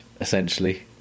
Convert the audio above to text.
essentially